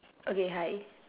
okay hi